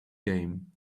game